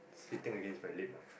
hitting against my lip ah